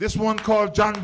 this one called john